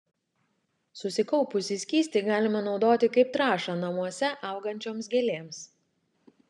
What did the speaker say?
susikaupusį skystį galima naudoti kaip trąšą namuose augančioms gėlėms